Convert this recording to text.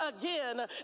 again